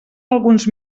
alguns